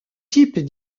types